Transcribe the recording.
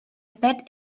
bet